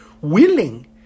willing